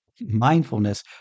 mindfulness